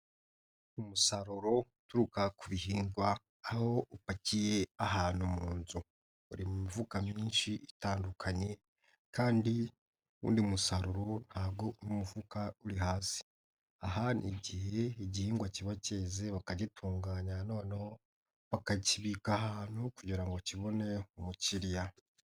Umusaruro uturuka ku bihingwa aho upakiye ahantu mu nzu, uri mu mifuka myinshi itandukanye kandi undi musaruro ntabwo uri mu mufuka uri hasi, aha ni igihe igihingwa kiba kigeze bakagitunganya noneho bakakibika ahantu kugira ngo kibone umukiriya.